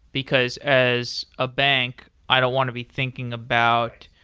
because as a bank, i don't want to be thinking about,